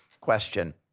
question